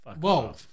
Whoa